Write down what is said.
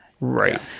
right